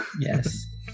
Yes